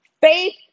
faith